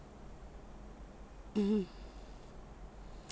mmhmm